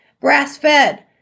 grass-fed